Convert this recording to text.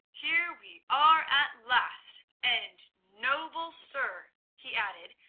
here we are at last, and, noble sir, he added,